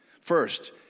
First